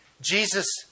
Jesus